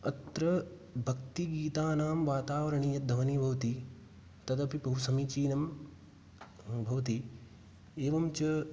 अत्र भक्तिगीतानां वातावरणीयं यद् ध्वनिः भवति तदपि बहुसमीचीनं भवति एवञ्च